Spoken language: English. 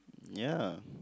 yeah